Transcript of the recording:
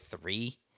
three